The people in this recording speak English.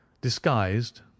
Disguised